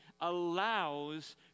allows